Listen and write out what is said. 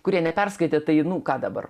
kurie neperskaitė tai nu ką dabar